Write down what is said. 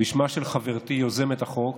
בשמה של חברתי יוזמת החוק,